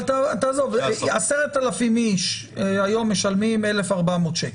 אבל 10,000 איש היום משלמים 1,400 שקל,